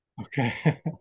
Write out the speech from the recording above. Okay